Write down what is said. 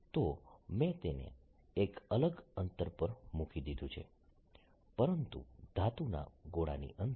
તો મેં તેને એક અલગ અંતર પર મૂકી દીધું છે પરંતુ ધાતુના ગોળાની અંદર